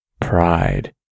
pride